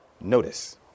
Notice